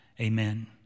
Amen